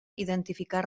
identificar